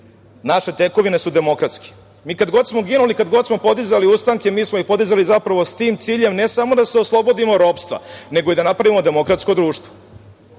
naše tekovine su demokratske. Mi kad god smo ginuli, kad smo podizali ustanke, mi smo ih podizali s tim ciljem ne samo da se oslobodimo ropstva, nego i da napravimo demokratsko društvo.